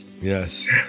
Yes